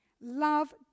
Love